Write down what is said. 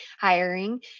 hiring